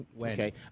okay